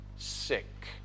Sick